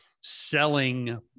Selling